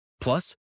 Plus